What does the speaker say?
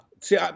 See